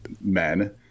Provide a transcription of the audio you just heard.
men